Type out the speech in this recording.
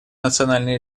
национальной